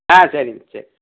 ஆ சரிங்க சரி